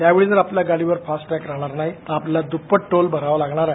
त्यावेळी जर आपल्या गाडीवर फार्टेन राहणार नाही तर आपल्याला दुपट टोल भरावा लागणार आहे